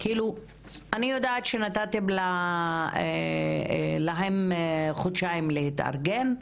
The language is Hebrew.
אני יודעת שנתתם להם חודשיים להתארגן.